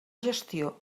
gestió